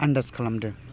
आन्दास खालामदों